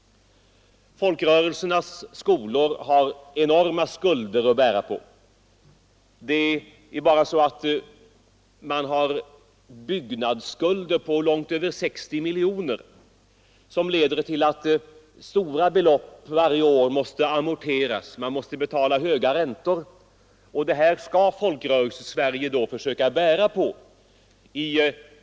Folkrörelsernas skolor har stora skulder att bära på. Man har byggnadsskulder på långt över 60 miljoner kronor, vilket leder till att man varje år måste amortera stora belopp och betala höga räntor. Detta skall Folkrörelsesverige försöka bära.